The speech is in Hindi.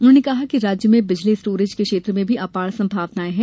उन्होंने कहा कि राज्य में बिजली स्टोरेज के क्षेत्र में भी अपार संभावनाएं हैं